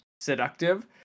seductive